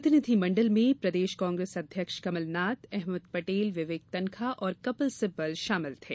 प्रतिनिधी मंडल में प्रदेश कांग्रेस अध्यक्ष कमलनाथ अहमद पटेल विवेक तन्खा और कपिल सिब्बल शामिल थे